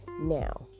Now